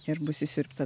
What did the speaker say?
ir bus išsiurbta